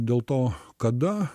dėl to kada